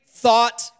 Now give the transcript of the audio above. Thought